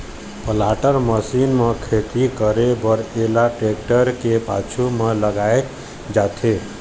planter machine म खेती करे बर एला टेक्टर के पाछू म लगाए जाथे